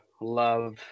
love